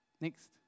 Next